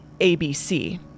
ABC